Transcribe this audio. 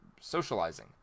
socializing